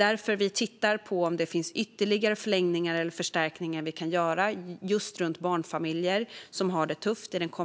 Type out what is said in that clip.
Därför tittar vi på om det finns ytterligare förlängningar eller förstärkningar vi kan göra i den kommande vårändringsbudgeten just när det gäller barnfamiljer som har det tufft. Det är också